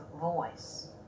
voice